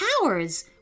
powers